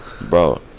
Bro